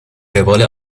روال